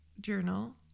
journal